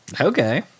Okay